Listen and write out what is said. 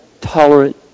tolerant